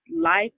life